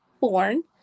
born